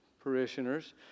parishioners